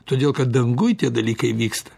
todėl kad danguj tie dalykai vyksta